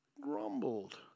grumbled